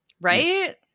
Right